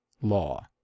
Law